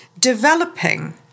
developing